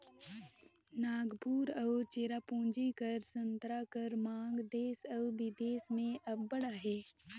नांगपुर अउ चेरापूंजी कर संतरा कर मांग देस अउ बिदेस में अब्बड़ अहे